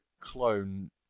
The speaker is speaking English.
clone